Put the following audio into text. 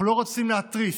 אנחנו לא רוצים להתריס,